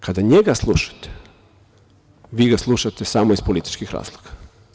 Kada njega slušate, vi ga slušate samo iz političkih razloga.